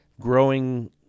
growing